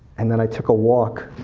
and then i took a walk